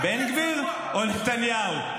-- בן גביר או נתניהו.